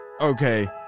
okay